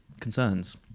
concerns